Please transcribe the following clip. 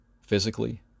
Physically